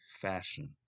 fashion